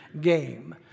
game